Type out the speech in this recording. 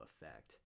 effect